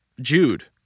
Jude